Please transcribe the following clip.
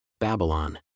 Babylon